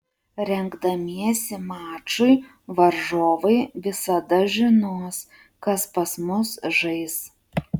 rengdamiesi mačui varžovai visada žinos kas pas mus žais